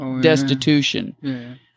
destitution